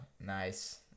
Nice